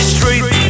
Street